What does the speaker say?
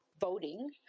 voting